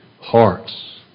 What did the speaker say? hearts